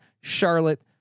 Charlotte